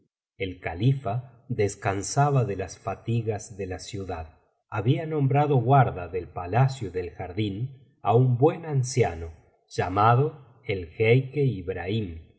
el califa descansaba de las fatigas de la ciudad había nombrado guarda del palacio y del jardín á un buen anciano llamado el jeique ibrahim que